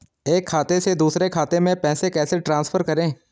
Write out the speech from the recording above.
एक खाते से दूसरे खाते में पैसे कैसे ट्रांसफर करें?